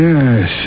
Yes